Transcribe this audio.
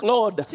Lord